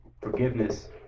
forgiveness